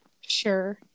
Sure